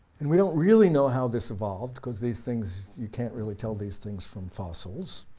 and we don't really know how this evolved because these things you can't really tell these things from fossils.